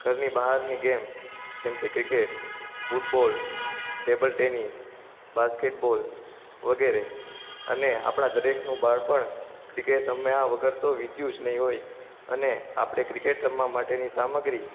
ઘરની બહારની ગેમ જેમકે cricket football table tennis basketball વગેરે અને આપણા દરેકનું બાળપણ ક્રિકેટ રમ્યા વગર વીત્યું જ નહીં હોય અને આપણે ક્રિકેટ રમવા માટેની સામગ્રી